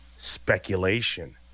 speculation